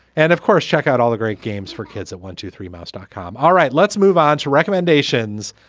and of course, check out all the great games for kids at one, two, three mouse dot com. all right. let's move on to recommendations.